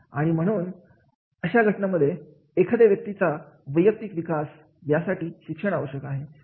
आणि म्हणून ऊन अशा घटनांमध्ये एखाद्या व्यक्तीचा वैयक्तिक विकास यासाठीसुद्धा शिक्षण आवश्यक आहे